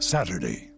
Saturday